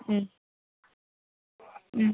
ഉം ഉം